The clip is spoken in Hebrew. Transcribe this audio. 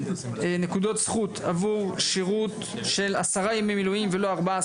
נקודות זכות עבור שירות של 10 ימי מילואים ולא 14,